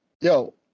Yo